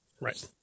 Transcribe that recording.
Right